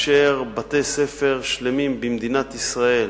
בתי-ספר שלמים במדינת ישראל